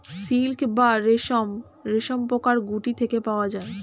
silk বা রেশম রেশমপোকার গুটি থেকে পাওয়া যায়